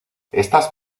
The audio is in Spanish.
estas